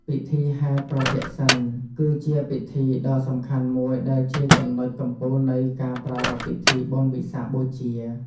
ពិធីហែរប្រទក្សិណ គឺជាពិធីដ៏សំខាន់មួយដែលជាចំណុចកំពូលនៃការប្រារព្ធពិធីបុណ្យវិសាខបូជា។